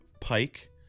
Pike